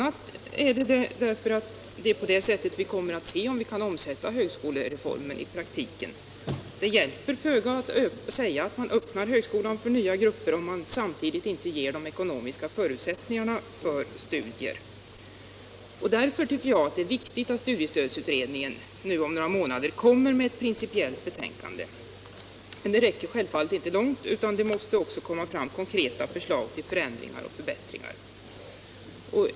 Det är bl.a. därför som det studiesociala stödets utformning kommer att bli avgörande för möjligheterna att omsätta högskolereformen i praktiken. Det hjälper föga att säga att man öppnar högskolan för nya grupper om man inte samtidigt ger dem de ekonomiska förutsättningarna för studier. Därför tycker jag att det är viktigt att studiestödsutredningen 207 om några månader kommer med ett principiellt betänkande. Men det räcker självfallet inte långt. Det måste också till konkreta förslag till förändringar och förbättringar.